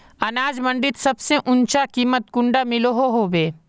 अनाज मंडीत सबसे ऊँचा कीमत कुंडा मिलोहो होबे?